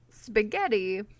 Spaghetti